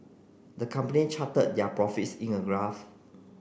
the company charted their profits in a graph